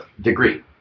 Degree